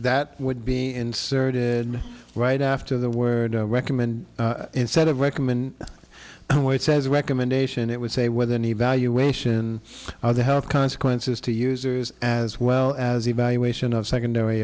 that would be inserted right after the word recommend instead of recommend oh wait says a recommendation it would say with an evaluation of the health consequences to users as well as evaluation of secondary